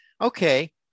okay